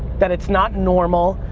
that it's not normal,